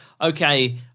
okay